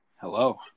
Hello